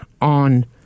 on